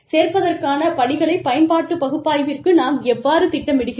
சேர்ப்பதற்கான படிகளை பயன்பாட்டுப் பகுப்பாய்விற்கு நாம் எவ்வாறு திட்டமிடுகிறோம்